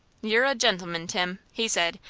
you're a gentleman, tim, he said,